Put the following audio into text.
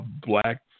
black